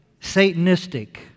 Satanistic